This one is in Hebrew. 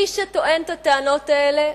מי שטוען את הטענות האלה,